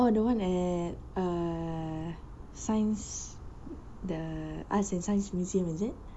oh the one at err science the arts and science museum is it